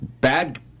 bad